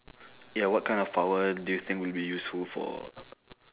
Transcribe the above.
ya what kind of power do you think will be useful for